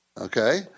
Okay